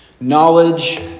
knowledge